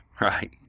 right